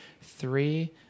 three